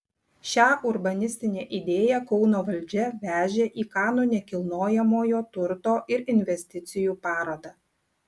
šią urbanistinę idėją kauno valdžia vežė į kanų nekilnojamojo turto ir investicijų parodą